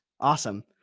Awesome